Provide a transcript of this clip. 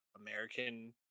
American